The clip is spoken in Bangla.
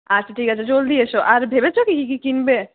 আচ্ছা ঠিক আছে জলদি এসো আর ভেবেছ কি কী কী কিনবে